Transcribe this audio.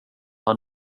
han